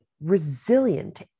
resilient